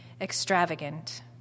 extravagant